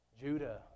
Judah